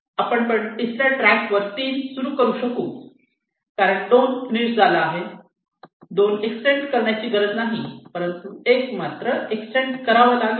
आपण पण तिसऱ्या ट्रक वर 3 सुरू करू शकू कारण 2 फिनिश झाला आहे 2 एक्सटेंड करण्याची गरज नाही परंतु 1 मात्र एक्सटेंड करावा लागेल